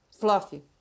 Fluffy